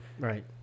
Right